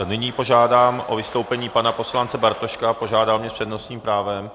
Nyní požádám o vystoupení pana poslance Bartoška, požádal mě s přednostním právem.